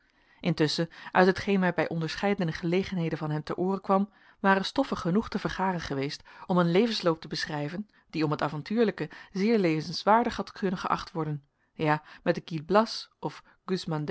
intusschen uit hetgeen mij bij onderscheidene gelegenheden van hem ter ooren kwam ware stoffe genoeg te vergaren geweest om een levensloop te beschrijven die om het avontuurlijke zeer lezenswaardig had kunnen geacht worden ja met den gil blas of